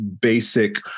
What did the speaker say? basic